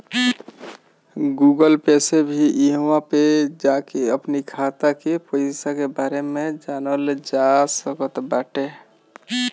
Google Pay से भी इहवा पे जाके अपनी खाता के पईसा के बारे में जानल जा सकट बाटे